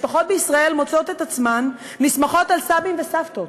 משפחות בישראל מוצאות את עצמן נסמכות על סבים וסבתות,